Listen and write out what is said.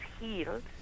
healed